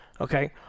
Okay